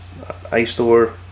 iStore